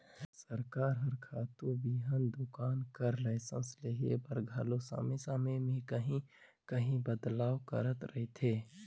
सरकार हर खातू बीहन दोकान कर लाइसेंस लेहे बर घलो समे समे में काहीं काहीं बदलाव करत रहथे